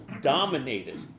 dominated